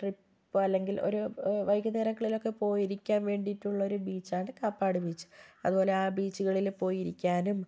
ട്രിപ്പല്ലെങ്കിൽ ഒര് വൈകുന്നേരങ്ങളിലൊക്കെ പോയി ഇരിക്കാൻ വേണ്ടിയിട്ടുള്ള ഒരു ബീച്ചാണ് കാപ്പാട് ബീച്ച് അതുപോലെ ആ ബീച്ചുകളില് പോയി ഇരിക്കാനും